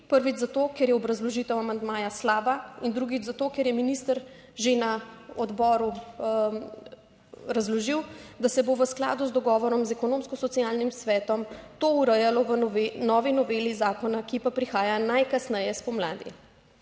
Prvič zato, ker je obrazložitev amandmaja slaba in drugič zato, ker je minister že na odboru razložil, da se bo v skladu z dogovorom z Ekonomsko-socialnim svetom to urejalo v novi noveli zakona, ki pa prihaja najkasneje spomladi.